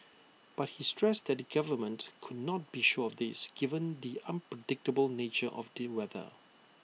but he stressed that the government could not be sure of this given the unpredictable nature of the weather